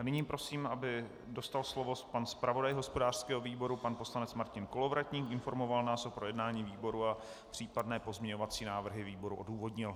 Nyní prosím, aby se slova ujal zpravodaj hospodářského výboru pan poslanec Martin Kolovratník, informoval nás o projednání ve výboru a případné pozměňovací návrhy výboru odůvodnil.